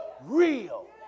real